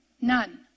none